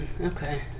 okay